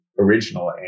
original